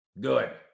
Good